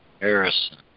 Harrison